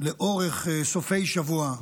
לאורך סופי שבוע,